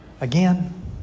again